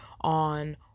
on